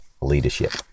leadership